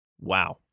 Wow